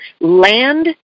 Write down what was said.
land